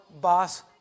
boss